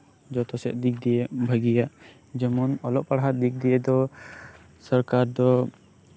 ᱡᱚᱛᱚᱥᱮᱜ ᱫᱤᱠ ᱫᱤᱭᱮ ᱵᱷᱟᱹᱜᱤᱭᱟ ᱡᱮᱢᱚᱱ ᱚᱞᱚᱜ ᱯᱟᱲᱦᱟᱜ ᱫᱤᱠ ᱫᱤᱭᱮ ᱫᱚ ᱥᱚᱨᱠᱟᱨ ᱫᱚ